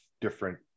different